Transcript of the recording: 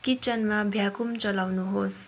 किचनमा भ्याक्युम चलाउनुहोस्